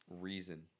reason